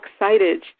excited